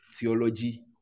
theology